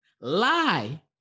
Lie